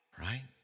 Right